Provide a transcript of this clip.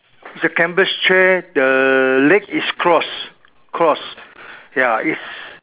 is a canvas chair the leg is crossed crossed ya is